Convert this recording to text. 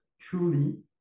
truly